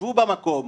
ישבו במקום,